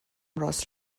راست